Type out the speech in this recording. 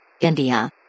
India